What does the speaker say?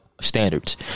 standards